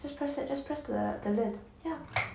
just press that just press the lid ya